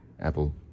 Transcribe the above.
Apple